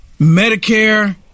Medicare